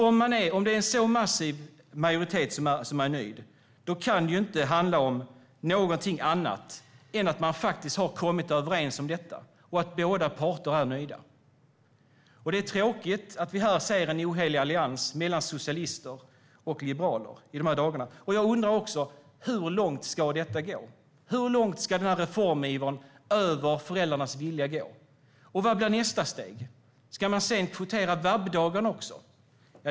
Om det är en så massiv majoritet som är nöjd kan det inte handla om någonting annat än att man faktiskt har kommit överens om detta och att båda parter är nöjda. Det är tråkigt att vi här ser en ohelig allians mellan socialister och liberaler. Jag undrar också: Hur långt ska detta gå? Hur långt ska den här reformivern gå ut över föräldrarnas vilja? Och vad blir nästa steg? Ska man sedan kvotera VAB-dagarna också?